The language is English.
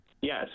Yes